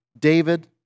David